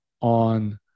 on